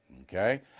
okay